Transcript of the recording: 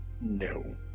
No